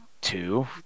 two